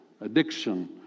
Addiction